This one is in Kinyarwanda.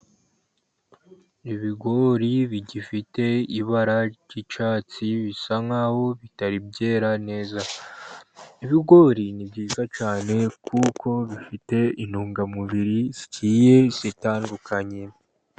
Ibigori bigifite ibara ry'icyatsi bisa nkaho bitari byera neza, ibigori ni byiza cyane kuko bifite intungamubiri zigiye zitandukanye.